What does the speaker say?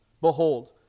behold